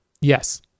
Yes